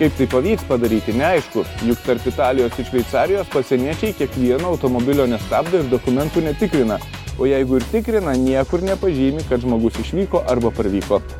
kaip tai pavyks padaryti neaišku juk tarp italijos ir šveicarijos pasieniečiai kiekvieno automobilio nestabdo ir dokumentų netikrina o jeigu ir tikrina niekur nepažymi kad žmogus išvyko arba parvyko